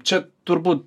čia turbūt